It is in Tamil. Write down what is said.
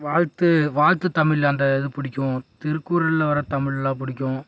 வாழ்த்து வாழ்த்து தமிழ் அந்த இது பிடிக்கும் திருக்குறளில் வர தமிழ்லாம் பிடிக்கும்